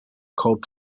called